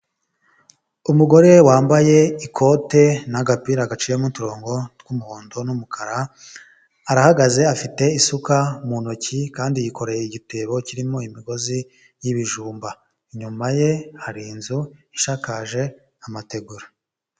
Umugore wambaye ikote n'agapira gaciyemo uturongo tw'umuhondo n'umukara, arahagaze afite isuka mu ntoki kandi yikoreye igitebo kirimo imigozi y'ibijumba, inyuma ye hari inzu ishakaje amategura.